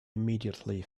immediately